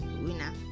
winner